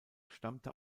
stammte